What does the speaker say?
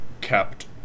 kept